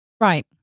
right